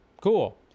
Cool